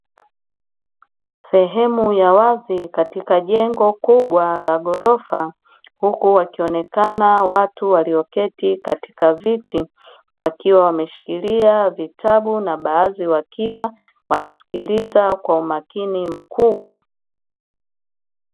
Sehemu ya wazi katika jengo kubwa la ghorofa huku wakionekana watu walioketi katika viti, wakiwa wameshikilia vitabu na baadhi wakiwa wanasikiliza kwa umakini mkubwa.